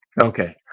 Okay